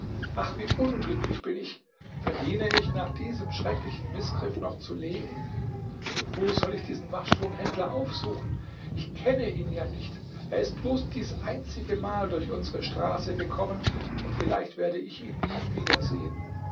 ach wie unglücklich bin ich verdiene ich nach diesem schrecklichen mißgriff noch zu leben wo soll ich diesen waschtonhändler aufsuchen ich kenne ihn ja nicht er ist bloß dies einzige mal durch unsere straße gekommen und vielleicht werde ich ihn nie wieder